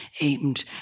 aimed